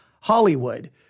Hollywood